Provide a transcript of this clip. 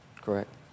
Correct